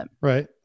right